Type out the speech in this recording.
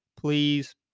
please